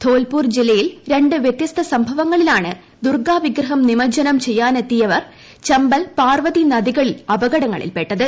ധോൽപുർ ജില്ലയിൽ രണ്ടു വ്യത്യസ്ത സംഭവങ്ങളിലാണ് ദുർഗാവിഗ്രഹം നിമജ്ജനം ചെയ്യാനെത്തിയവർ ചമ്പൽ പാർവതി നദികളിൽ അപകടങ്ങളിൽപ്പെട്ടത്